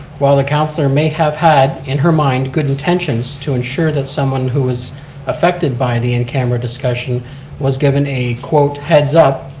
while the councilor may have had, in her mind, good intentions to ensure that someone who was affected by the in camera discussion was given a quote heads up,